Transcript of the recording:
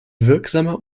wirksamer